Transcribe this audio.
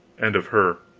and of her,